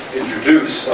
introduce